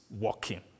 working